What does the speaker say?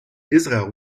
israel